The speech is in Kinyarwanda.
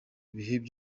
igihe